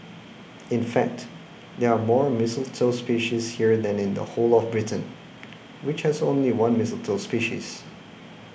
in fact there are more mistletoe species here than in the whole of Britain which has only one mistletoe species